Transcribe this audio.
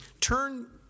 turn